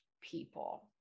people